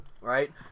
right